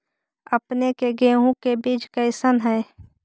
अपने के गेहूं के बीज कैसन है?